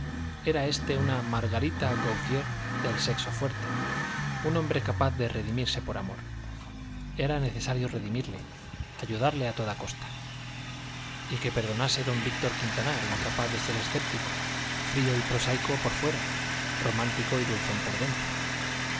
era este una margarita gauthier del sexo fuerte un hombre capaz de redimirse por amor era necesario redimirle ayudarle a toda costa y que perdonase don víctor quintanar incapaz de ser escéptico frío y prosaico por fuera romántico y dulzón por dentro